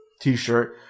t-shirt